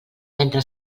ventre